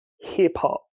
hip-hop